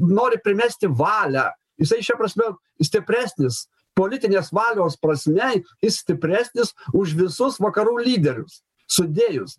nori primesti valią jisai šia prasme stipresnis politinės valios prasme jis stipresnis už visus vakarų lyderius sudėjus